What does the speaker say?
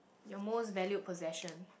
your most valued possession